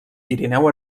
pirineu